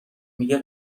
میگه